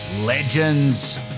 Legends